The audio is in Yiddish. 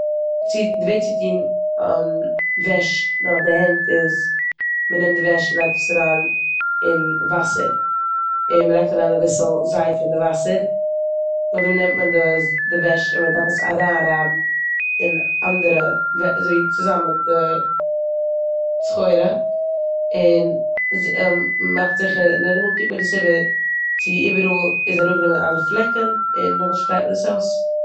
צו- די וועג צו טון וועש דורך די הענט איז מ'נעמט די וועש, מ'לייגט עס אריין אין וואסער און מ'לייגט אריין אביסל זייף אין די וואסער. נאכדעם נעמט מען די וועש און מ'דארף עס אריינרייבן אין אנדערע ווע- אזויווי צוזאמען די סחורה און זע- מאכט זיכער- נאכדעם קוקט מען עס איבער צו איבעראל איז אראפגענומען אלע פלעקן און נאכדעם שפרייט מען עס אויס.